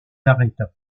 arrêta